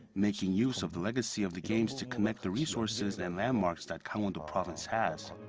making use of the legacy of the games to connect the resources and landmarks that gangwon-do province has.